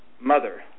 Mother